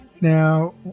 Now